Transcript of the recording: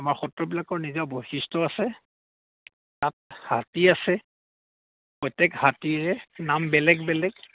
আমাৰ সত্ৰবিলাকৰ নিজে বৈশিষ্ট্য আছে তাত হাটী আছে প্ৰত্যেক হাটীৰে নাম বেলেগ বেলেগ